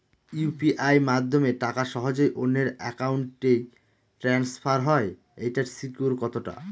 UPI মাধ্যমে টাকা সহজেই অন্যের অ্যাকাউন্ট ই ট্রান্সফার হয় এইটার সিকিউর কত টা?